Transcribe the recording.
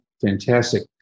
fantastic